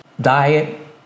diet